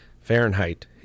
Fahrenheit